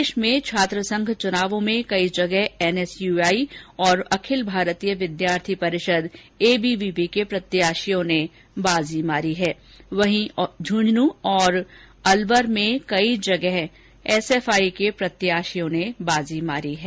प्रदेश में छात्रसंघ चुनावों में कई जगह एनएसयुआई और अखिल भारतीय विद्यार्थी परिषद एबीवीपी के प्रत्याशियों ने बाजी मारी हैं वहीं झुंझुनू और अलवर में कई जगह एसएफआई के प्रत्याशियों ने बाजी मारी है